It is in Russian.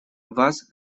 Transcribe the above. вас